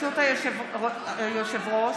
ברשות היושב-ראש,